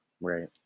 Right